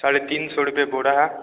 साढ़े तीन सौ रुपये बोरी है